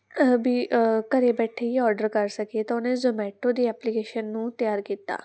ਵੀ ਘਰ ਬੈਠੇ ਹੀ ਓਰਡਰ ਕਰ ਸਕੀਏ ਤਾਂ ਉਹਨਾਂ ਜੋਮੈਟੋ ਦੀ ਐਪਲੀਕੇਸ਼ਨ ਨੂੰ ਤਿਆਰ ਕੀਤਾ